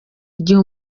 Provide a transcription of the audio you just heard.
igihe